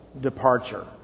departure